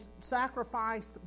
sacrificed